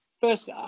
First